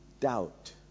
doubt